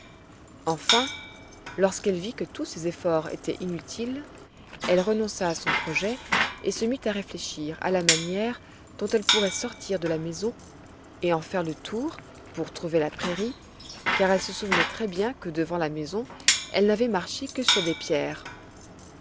enfin lorsqu'elle vit que tous ses efforts étaient inutiles elle renonça à son projet et se mit à réfléchir à la manière dont elle pourrait sortir de la maison et en faire le tour pour trouver la prairie car elle se souvenait très-bien que devant la maison elle n'avait marché que sur des pierres